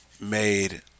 made